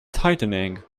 tightening